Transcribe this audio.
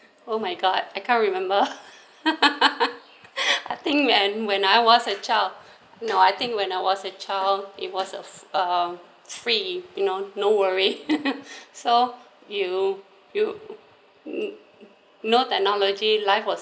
oh my god I can't remember I think when when I was a child no I think when I was a child it was uh uh free you know no worry so you you n~ no technology life was